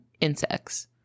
insects